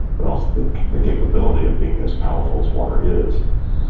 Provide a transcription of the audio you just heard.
but also the the capability of being as powerful as water is.